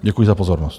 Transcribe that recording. Děkuji za pozornost.